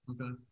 okay